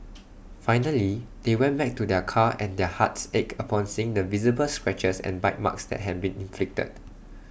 finally they went back to their car and their hearts ached upon seeing the visible scratches and bite marks that had been inflicted